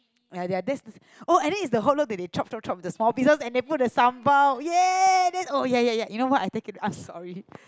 ya ya that is I think is the hotdog they chop chop chop the small pieces and then put the sambal ya then you know what I take it oh sorry